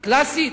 קלאסית.